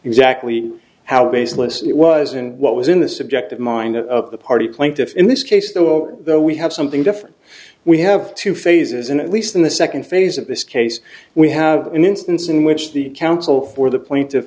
exactly how baseless it was and what was in the subjective mind of the party plaintiffs in this case though we have something different we have two phases and at least in the second phase of this case we have an instance in which the counsel for the pla